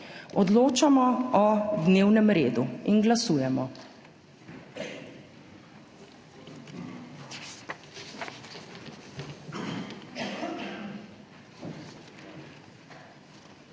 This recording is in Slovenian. Odločamo o dnevnem redu in glasujemo,